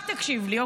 רק תקשיב לי,